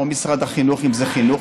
או משרד החינוך אם זה חינוך,